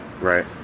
Right